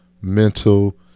mental